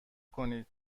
کنید